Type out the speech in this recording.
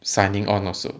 signing on also